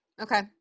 Okay